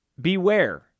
Beware